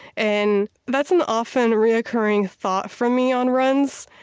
and that's an often-re-occurring thought for me on runs,